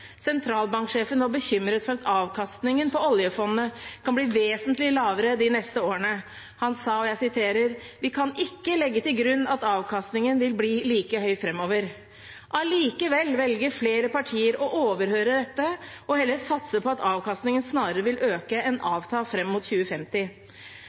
Sentralbanksjefen var bekymret for at avkastningen fra oljefondet kan bli vesentlig lavere de neste årene. Han sa «vi kan ikke legge til grunn at gevinsten vil være like høy fremover.» Allikevel velger flere partier å overhøre dette og heller satse på at avkastningen vil øke